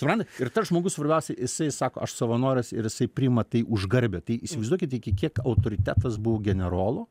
suprantat ir tas žmogus svarbiausiai jisai sako aš savanoris ir jisai priima tai už garbę tai įsivaizduokit iki kiek autoritetas buvo generolo